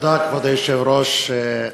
כבוד היושב-ראש,